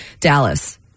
Dallas